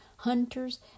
hunters